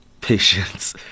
patience